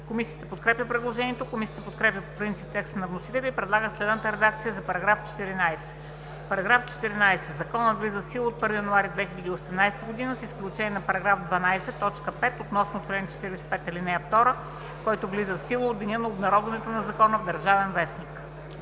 Комисията подкрепя предложението. Комисията подкрепя по принцип текста на вносителя и предлага следната редакция за § 14: „§ 14. Законът влиза в сила от 1 януари 2018 г. с изключение на § 12, т. 5 относно чл. 45, ал. 2, който влиза в сила от деня на обнародването на Закона в „Държавен вестник“.“